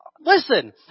Listen